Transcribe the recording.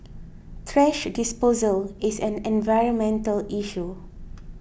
thrash disposal is an environmental issue